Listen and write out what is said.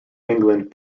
england